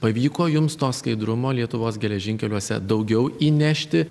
pavyko jums to skaidrumo lietuvos geležinkeliuose daugiau įnešti